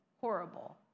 horrible